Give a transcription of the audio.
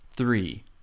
three